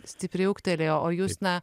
stipriai ūgtelėjo o jūs na